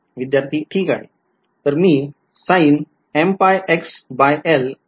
विध्यार्थी ठीक आहे